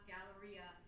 Galleria